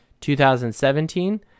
2017